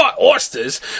oysters